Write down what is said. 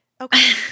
Okay